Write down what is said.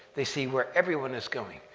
they see where everyone is going.